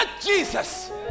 Jesus